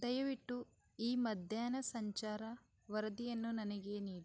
ದಯವಿಟ್ಟು ಈ ಮಧ್ಯಾಹ್ನ ಸಂಚಾರ ವರದಿಯನ್ನು ನನಗೆ ನೀಡಿ